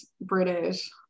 British